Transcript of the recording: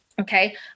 Okay